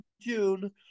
June